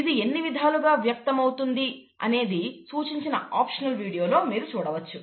ఇది ఎన్ని విధాలుగా వ్యక్తమవుతుంది అనేది సూచించిన ఆప్షనల్ వీడియోలో మీరు చూడవచ్చు